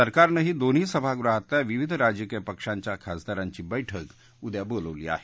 सरकारनंही दोन्ही सभागृहातल्या विविध राजकीय पक्षांच्या खासदारांची बैठक उद्या बोलावली आहे